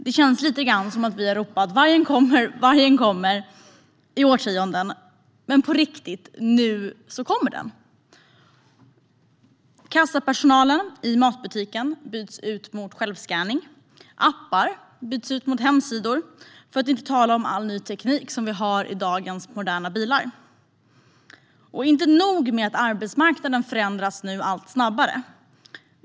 Det känns lite som att vi har ropat vargen kommer i årtionden, men nu kommer den på riktigt. Kassapersonalen i matbutiken byts ut mot självskanning. Appar byts ut mot hemsidor - för att inte tala om all ny teknik i dagens moderna bilar! Inte nog med att arbetsmarknaden nu förändras allt snabbare.